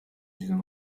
diesen